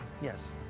Yes